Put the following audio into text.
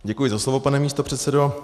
Děkuji za slovo, pane místopředsedo.